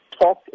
talk